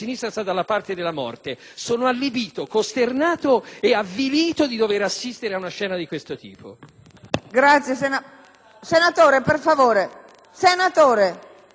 Senatore Gramazio,